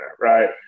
right